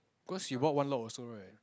cause she bought one lot also right